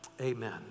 amen